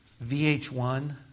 VH1